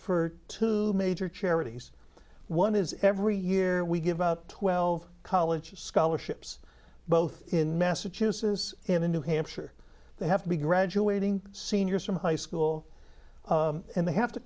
for two major charities one is every year we give out twelve college scholarships both in massachusetts and in new hampshire they have to be graduating seniors from high school and they have to